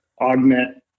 augment